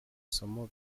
somo